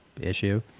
issue